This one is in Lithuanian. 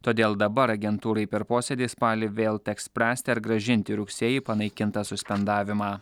todėl dabar agentūrai per posėdį spalį vėl teks spręsti ar grąžinti rugsėjį panaikintą suspendavimą